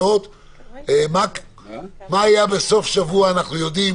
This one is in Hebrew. מה היה בסוף השבוע, אנחנו יודעים